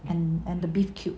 and and the beef cube